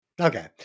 Okay